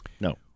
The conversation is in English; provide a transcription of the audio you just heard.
No